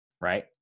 Right